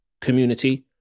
community